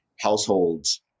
households